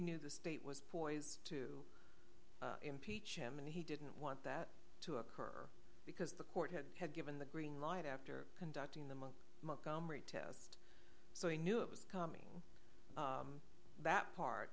knew the state was poised to impeach him and he didn't want that to occur because the court had given the green light after conducting the month montgomery test so he knew it was coming that part